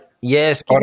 Yes